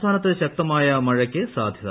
സംസ്ഥാനത്ത് ശക്തമായ മഴയ്ക്ക് സാധൃത